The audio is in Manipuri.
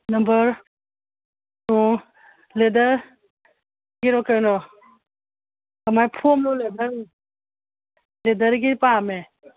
ꯅꯝꯕꯔ ꯑꯣ ꯂꯦꯗꯔꯒꯤꯔꯣ ꯀꯩꯅꯣ ꯀꯃꯥꯏ ꯐꯣꯝꯂꯣ ꯂꯦꯗꯔꯔꯣ ꯂꯦꯗꯔꯒꯤ ꯄꯥꯝꯃꯦ